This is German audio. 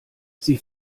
sie